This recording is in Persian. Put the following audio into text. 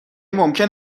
ممکن